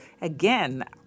again